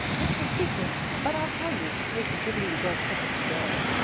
it's a secret, but i'll tell you to pay for giving you both such a scare.